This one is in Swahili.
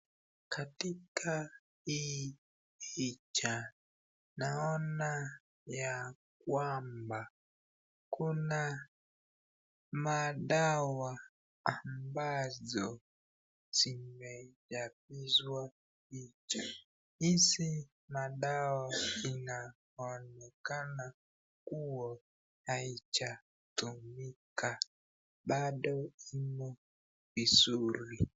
Katika hii picha, naona ya kwamba kuna madawa ambazo zimejazwa. Hizi madawa zinaonekana kua haijatoboka bado ziko vizuri.